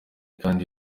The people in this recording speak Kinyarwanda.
kandi